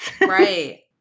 Right